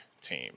team